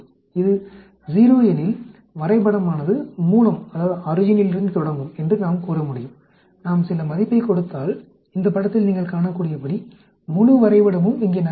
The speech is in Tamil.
இது 0 எனில் வரைபடமானது மூலத்திலிருந்து தொடங்கும் என்று நாம் கூற முடியும் நாம் சில மதிப்பைக் கொடுத்தால் இந்த படத்தில் நீங்கள் காணக்கூடியபடி முழு வரைபடமும் இங்கே நகற்றப்படும்